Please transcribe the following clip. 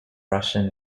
russian